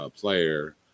player